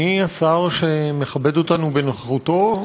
מי השר שמכבד אותנו בנוכחותו?